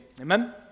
amen